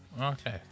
Okay